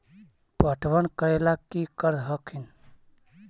पटबन करे ला की कर हखिन?